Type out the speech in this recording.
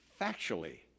factually